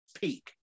peak